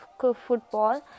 football